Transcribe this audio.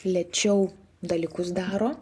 lėčiau dalykus daro